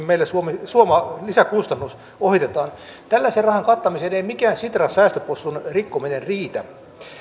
meille suoma lisäkustannus ohitetaan tällaisen rahan kattamiseen ei mikään sitra säästöpossun rikkominen riitä